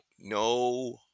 No